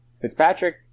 Fitzpatrick